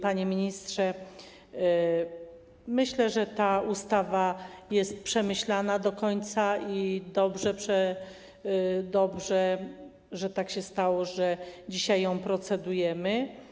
Panie ministrze, myślę, że ta ustawa jest przemyślana do końca i dobrze, że tak się stało, że dzisiaj nad nią procedujemy.